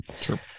sure